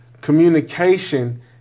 communication